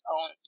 own